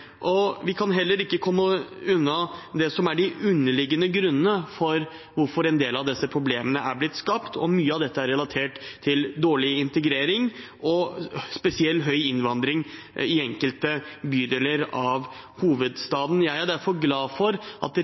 Vi kan heller ikke komme unna det som er de underliggende grunnene til at en del av disse problemene er blitt skapt. Mye av dette er relatert til dårlig integrering og spesielt til høy innvandring i enkelte bydeler i hovedstaden. Jeg er derfor glad for at